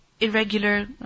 irregular